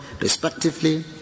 respectively